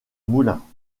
moulins